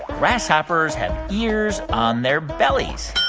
grasshoppers have ears on their bellies?